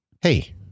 Hey